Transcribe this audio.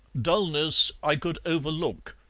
dullness i could overlook,